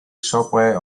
software